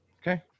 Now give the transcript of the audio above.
Okay